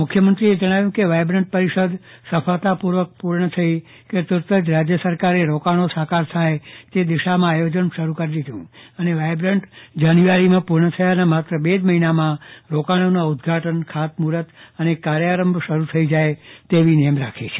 મુખ્યમંત્રી એ જણાવ્યું કે વાયબ્રન્ટ પરિષદ સફળતા પૂર્વકપૂર્ણ થઇ કે તરત જ રાજ્ય સરકારે રોકાણો સાકાર થાય તે દિશામાં આયોજન શરૂ કરી દીધું છે અને વાયબ્રન્ટ જાન્યુઆરી માં પૂર્ણ થયાના માત્ર બે જ મહિના માં રોકાણો ના ઉદઘાટન ખાતમુહૂર્ત અને કાર્યારમ્ભ શરૂ થઈજાય તેવી નેમ છે